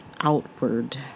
outward